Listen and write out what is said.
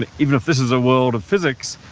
ah even if this is a world of physics,